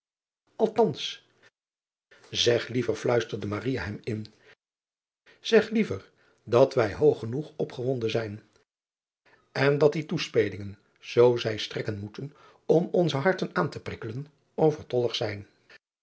eg liever fluisterde hem in eg liever dat wij hoog genoeg opgewonden zijn en dat die toespelingen zoo zij strekken moeten om onze harten aan te prikkelen overtollig zijn